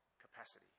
capacity